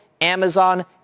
Amazon